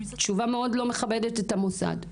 זו תשובה שמאוד לא מכבדת את המוסד.